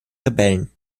rebellen